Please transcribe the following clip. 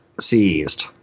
seized